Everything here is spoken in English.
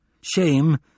Shame